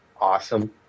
awesome